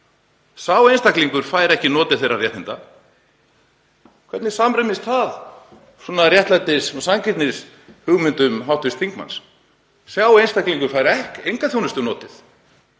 sá einstaklingur fær ekki notið þeirra réttinda. Hvernig samrýmist það réttlætis- og sanngirnishugmyndum hv. þingmanns? Sá einstaklingur fær engrar þjónustu notið.